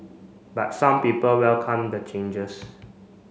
but some people welcome the changes